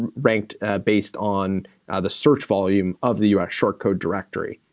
ranked based on the search volume of the u s. short code directory.